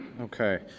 Okay